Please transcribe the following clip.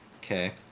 Okay